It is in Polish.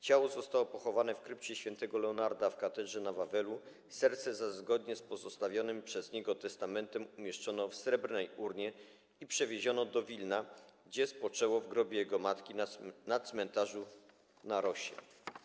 Ciało zostało pochowane w krypcie św. Leonarda w Katedrze na Wawelu, serce zaś, zgodnie z pozostawionym przez niego testamentem, umieszczono w srebrnej urnie i przewieziono do Wilna, gdzie spoczęło w grobie jego matki na cmentarzu Na Rossie.